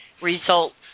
results